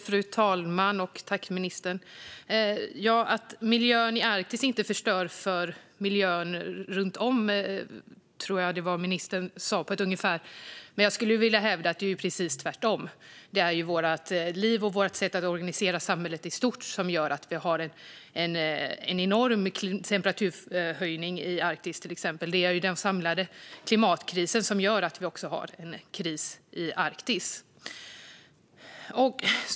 Fru talman! När det gäller att miljön i Arktis inte förstör miljön runt om, som jag tror att ministern sa på ett ungefär, vill jag hävda att det är precis tvärtom. Det är ju vårt liv och vårt sätt att organisera samhället i stort som gör att vi har en temperaturhöjning i Arktis, till exempel. Det är ju den samlade klimatkrisen som gör att vi har en kris också i Arktis.